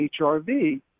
HRV